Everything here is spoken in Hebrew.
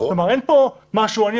כלומר, אין פה משהו.